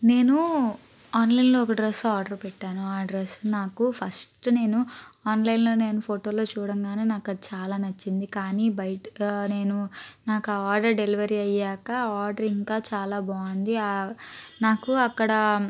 నేను ఆన్లైన్లో ఒక డ్రస్ ఆర్డర్ పెట్టాను ఆ డ్రస్ నాకు ఫస్ట్ నేను ఆన్లైన్లో నేను ఫొటోలో చూడగానే నాకు అది చాలా నచ్చింది కానీ బయట నేను నాకు ఆర్డర్ డెలివరీ అయ్యాక ఆర్డర్ ఇంకా చాలా బాగుంది నాకు అక్కడ